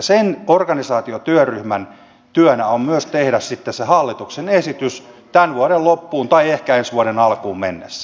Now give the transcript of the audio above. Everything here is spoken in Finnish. sen organisaatiotyöryhmän työnä on myös tehdä sitten se hallituksen esitys tämän vuoden loppuun tai ehkä ensi vuoden alkuun mennessä